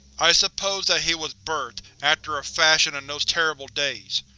i suppose that he was birthed, after a fashion, in those terrible days.